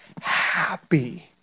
Happy